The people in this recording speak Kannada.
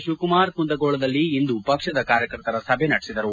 ಶಿವಕುಮಾರ್ ಕುಂದಗೋಳದಲ್ಲಿ ಇಂದು ಪಕ್ಷದ ಕಾರ್ಯಕರ್ತರ ಸಭೆ ನಡೆಸಿದರು